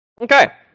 Okay